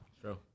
True